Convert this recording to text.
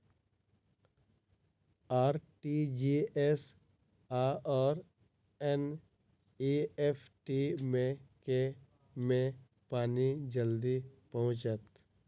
RTGS आओर NEFT मे केँ मे पानि जल्दी पहुँचत